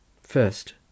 First